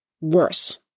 worse